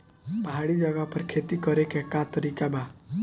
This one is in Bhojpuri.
पहाड़ी जगह पर खेती करे के का तरीका बा?